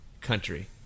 country